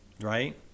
right